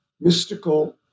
mystical